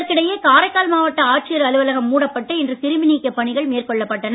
இதற்கிடையே காரைக்கால் மாவட்ட ஆட்சியர் அலுவலகம் மூடப்பட்டு இன்று கிருமி நீக்கப் பணிகள் மேற்கொள்ளப் பட்டன